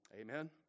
Amen